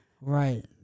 right